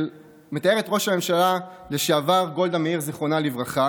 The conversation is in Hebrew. מתארת ראש הממשלה לשעבר גולדה מאיר זיכרונה לברכה